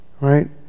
right